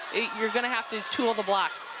you're going to have to tool the block.